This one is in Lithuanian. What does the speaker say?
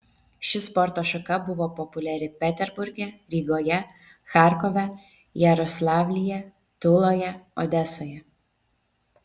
ši sporto šaka buvo populiari peterburge rygoje charkove jaroslavlyje tuloje odesoje